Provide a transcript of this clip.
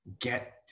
get